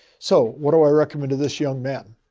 so what do i recommend to this young man?